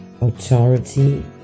authority